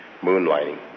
moonlighting